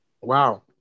wow